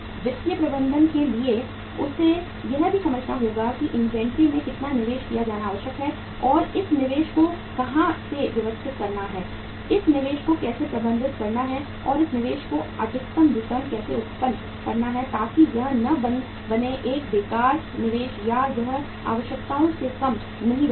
वित्तीय प्रबंधक के लिए उसे यह भी समझना होगा कि इन्वेंट्री में कितना निवेश किया जाना आवश्यक है और इस निवेश को कहाँ से व्यवस्थित करना है इस निवेश को कैसे प्रबंधित करना है और इस निवेश पर अधिकतम रिटर्न कैसे उत्पन्न करना है ताकि यह न बने एक बेकार निवेश या यह आवश्यकताओं से कम नहीं रहता है